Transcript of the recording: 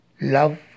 love